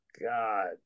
God